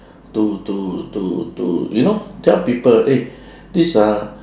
to to to to you know tell people eh these are